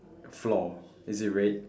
floor is it red